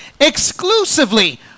exclusively